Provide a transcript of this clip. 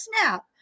snap